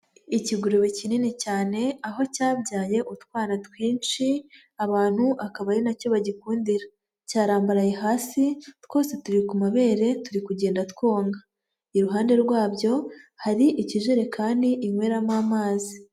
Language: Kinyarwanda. Ikigurube kinini cyane aho cyabyaye utwana twinshi, abantu akaba ari na cyo bagikundira. Cyarambaraye hasi twose turi ku mabere turi kugenda twonka. Iruhande rwabyo hari ikijerekani inyweramo amazi.